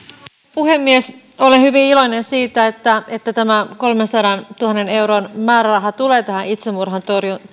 puhemies olen hyvin iloinen siitä että että tämä kolmensadantuhannen euron määräraha tulee tähän itsemurhien